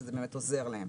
שזה באמת עוזר להם.